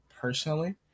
personally